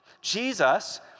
Jesus